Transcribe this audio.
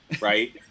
right